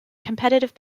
competitive